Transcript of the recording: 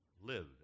live